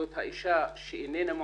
זאת האישה שאיננה מועסקת,